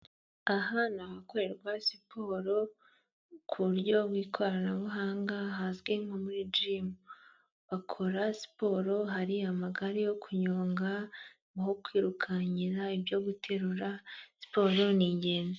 Aha ni ahakorerwa siporo ku buryo bw'ikoranabuhanga hazwi nko muri jimu, bakora siporo hari amagare yo kunyonga, aho kwirukanyira, ibyo guterura, siporo ni ingenzi.